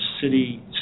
city